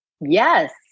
Yes